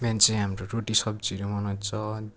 बिहान चाहिँ हाम्रो रोटी सब्जीहरू बनाउँछ